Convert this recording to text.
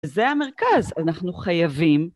זה המרכז, אנחנו חייבים.